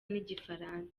n’igifaransa